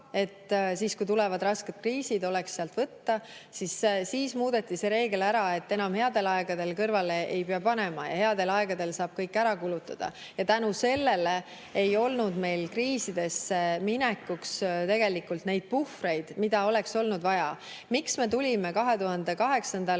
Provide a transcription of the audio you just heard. et siis, kui tulevad rasked kriisid, oleks sealt võtta, aga siis muudeti see reegel ära, nii et enam headel aegadel ei pea kõrvale panema ja headel aegadel saab kõik ära kulutada. Selle tõttu ei olnud meil kriisidesse minekuks tegelikult neid puhvreid, mida oleks olnud vaja. Miks me tulime 2008. või